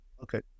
Okay